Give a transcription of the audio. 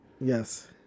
Yes